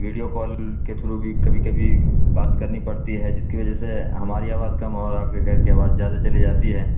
video call کے through بھی کبھی کبھی بات کرنی پڑتی ہے جس کی وجہ سے ہماری آواز کم اور آپ کے گھر کی آواز زیادہ چلی جاتی ہے